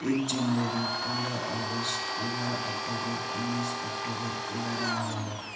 एक जेनवरी पन्ध्र अगस्ट एघार अक्टोबर उन्नाइस अक्टोबर एघार नोभेम्बर